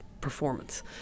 performance